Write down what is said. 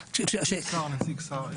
נציג שר.